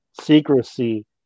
secrecy